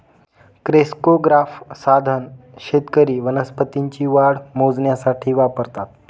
crescograph साधन शेतकरी वनस्पतींची वाढ मोजण्यासाठी वापरतात